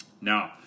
now